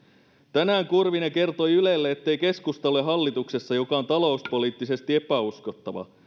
tänään kurvinen kertoi ylelle ettei keskusta ole hallituksessa joka on talouspoliittisesti epäuskottava